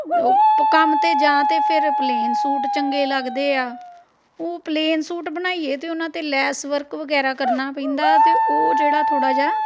ਉਹ ਕੰਮ 'ਤੇ ਜਾਂ ਤਾਂ ਫਿਰ ਪਲੇਨ ਸੂਟ ਚੰਗੇ ਲੱਗਦੇ ਆ ਉਹ ਪਲੇਨ ਸੂਟ ਬਣਾਈਏ ਅਤੇ ਉਹਨਾਂ 'ਤੇ ਲੈਸ ਵਰਕ ਵਗੈਰਾ ਕਰਨਾ ਪੈਂਦਾ ਅਤੇ ਉਹ ਜਿਹੜਾ ਥੋੜ੍ਹਾ ਜਿਹਾ